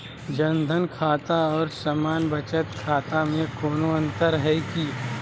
जन धन खाता और सामान्य बचत खाता में कोनो अंतर है की?